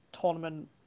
tournament